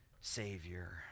Savior